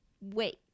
wait